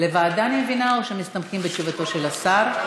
לוועדה, אני מבינה, או שמסתפקים בתשובתו של השר?